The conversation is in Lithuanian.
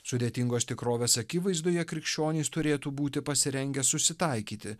sudėtingos tikrovės akivaizdoje krikščionys turėtų būti pasirengę susitaikyti